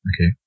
Okay